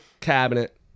cabinet